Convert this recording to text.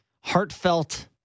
heartfelt